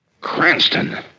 Cranston